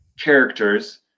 characters